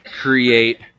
create